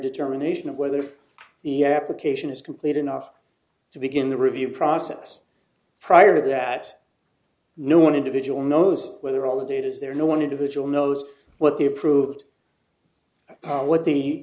determination of whether the application is complete enough to begin the review process prior to that no one individual knows whether all the data is there no one individual knows what the approved what the